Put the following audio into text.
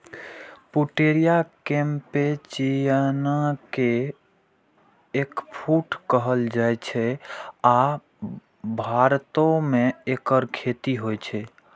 Pouteria campechiana कें eggfruit कहल जाइ छै, आ भारतो मे एकर खेती होइ छै